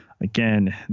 again